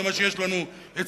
זה מה שיש לנו אצלי,